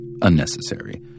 unnecessary